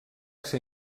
ser